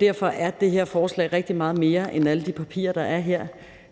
Derfor er det her forslag rigtig meget mere end alle de papirer, der er her.